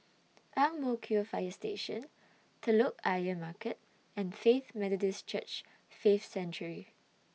Ang Mo Kio Fire Station Telok Ayer Market and Faith Methodist Church Faith Sanctuary